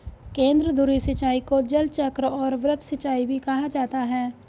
केंद्रधुरी सिंचाई को जलचक्र और वृत्त सिंचाई भी कहा जाता है